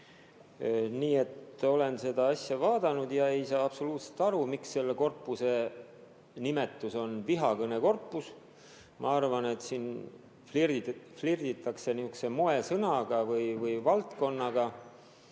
Nii et olen seda asja vaadanud. Ei saa absoluutselt aru, miks selle korpuse nimetus on vihakõne korpus. Ma arvan, et siin flirditakse nihukese moesõna või -valdkonnaga.